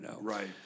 Right